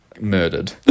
Murdered